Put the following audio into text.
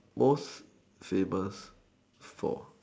most famous for